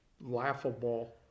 laughable